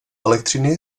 elektřiny